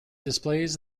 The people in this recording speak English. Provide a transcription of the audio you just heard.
displays